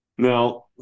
Now